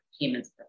payments